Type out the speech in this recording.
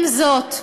עם זאת,